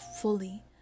fully